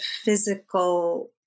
physical